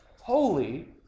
holy